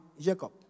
Jacob